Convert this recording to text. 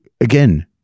again